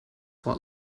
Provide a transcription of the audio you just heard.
what